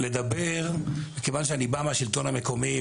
מכיוון שאני בא מהשלטון המקומי,